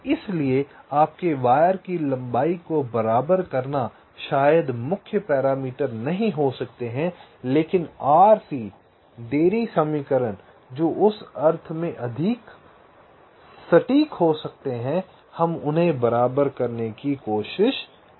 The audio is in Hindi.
इसलिए आपके वायर की लंबाई को बराबर करना शायद मुख्य पैरामीटर नहीं हो सकते हैं लेकिन RC देरी समीकरण जो उस अर्थ में अधिक सटीक हो सकते हैं हम उन्हें बराबर करने की कोशिश करते हैं